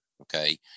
okay